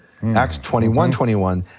acts twenty one twenty one,